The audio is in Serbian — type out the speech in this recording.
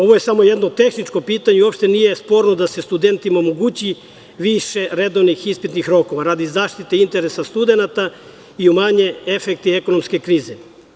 Ovo je samo jedno tehničko pitanje i uopšte nije sporno da se studentima omogući više redovnih ispitnih rokova radi zaštite interesa studenata i umanje efekti ekonomske krize.